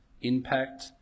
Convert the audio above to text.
impact